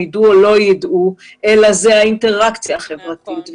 ידעו או לא ידעו אלא זה האינטראקציה החברתית,